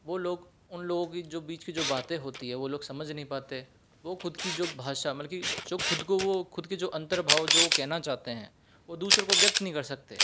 वो लोग उन लोगों की जो बीच की जो बातें होती हैं वो लोग समझ नहीं पाते वो ख़ुद की जो भाषा मतलब की जो ख़ुद को वो ख़ुद की जो अंतर भाव जो कहना चाहते हैं वो दूसरों को व्यक्त नहीं कर सकते